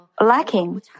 lacking